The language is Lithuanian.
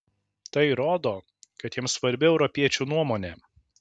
tai rodo kad jiems svarbi europiečių nuomonė